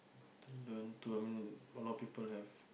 learn to I mean a lot of people have